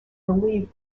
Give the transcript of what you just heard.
relieved